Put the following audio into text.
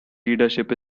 leadership